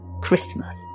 Christmas